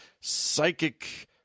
psychic